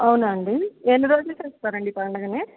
అవునా అండి ఎన్ని రోజులు చేస్తారండి ఈ పండగని